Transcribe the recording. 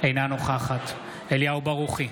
אינה נוכחת אליהו ברוכי,